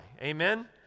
Amen